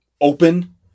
open